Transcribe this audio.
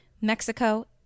Mexico